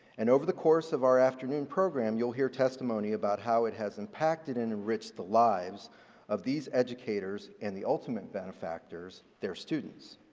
and over the course of our afternoon program, you'll hear testimony about how it has impacted and enriched the lives of these educators and the ultimate benefactors, their students.